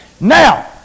Now